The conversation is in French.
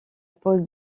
pose